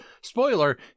spoiler